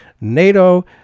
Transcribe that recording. NATO